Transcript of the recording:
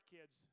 kids